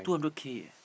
two hundred k eh